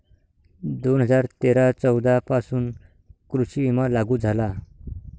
दोन हजार तेरा चौदा पासून कृषी विमा लागू झाला